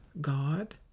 God